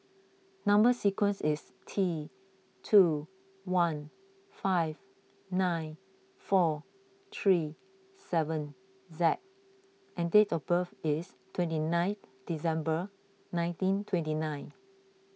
Number Sequence is T two one five nine four three seven Z and date of birth is twenty nine December nineteen twenty nine